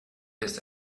this